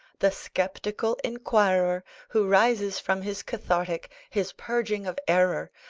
the sceptical inquirer who rises from his cathartic, his purging of error,